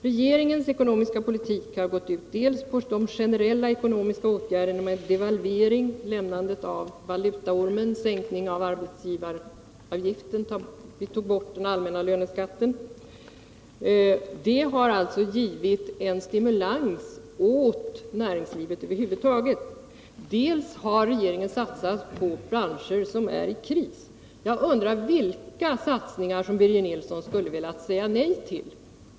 Regeringens ekonomiska politik har gått ut på dels de generella ekonomiska åtgärderna med devalvering, lämnandet av valutaormen, sänkning av arbetsgivaravgiften, borttagande av den allmänna löneskatten, som alltså har givit en stimulans åt näringslivet över huvud taget, dels satsningar på branscher som är i kris. Jag undrar vilka satsningar Birger Nilsson skulle ha sagt nej till.